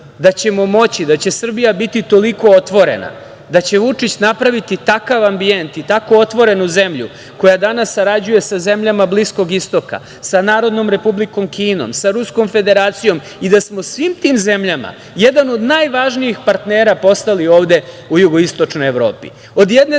da ćemo moći, da će Srbija biti toliko otvorena, da će Vučić napraviti takav ambijent i tako otvorenu zemlju koja danas sarađuje sa zemljama Bliskog Istoka, sa Narodnom Republikom Kinom, sa Ruskom Federacijom i da smo svi tim zemljama jedan od najvažnijih partnera postali ovde u Jugoistočnoj Evropi, od jedne